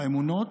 האמונות,